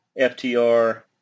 FTR